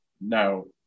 No